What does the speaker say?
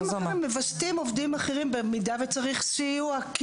מווסתים עובדים אחרים במידה שצריך סיוע.